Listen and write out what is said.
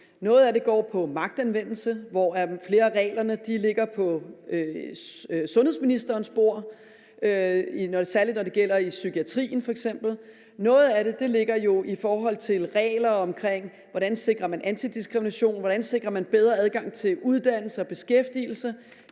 Noget af det går på magtanvendelse, hvor flere af reglerne ligger på sundhedsministerens bord, særlig når det gælder psykiatrien f.eks. Noget af det handler om regler om, hvordan man sikrer antidiskrimination, og hvordan man sikrer bedre adgang til uddannelse og beskæftigelse.